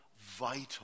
vital